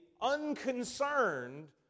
unconcerned